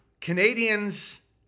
Canadians